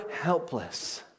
helpless